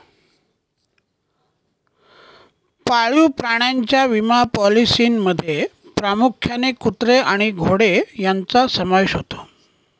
पाळीव प्राण्यांच्या विमा पॉलिसींमध्ये प्रामुख्याने कुत्रे आणि घोडे यांचा समावेश होतो